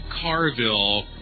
Carville